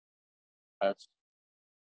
that's